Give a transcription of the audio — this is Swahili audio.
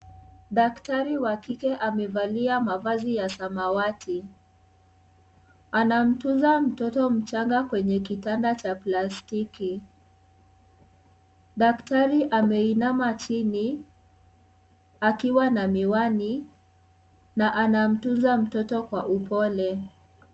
Daktari wa kike amevalia mavazi ya samawati, anamtunza mtoto mchanga kwenye kitanda cha plastiki, daktari ameinama chini, akiwa na miwani, na anamtunza mtoto kwa upole.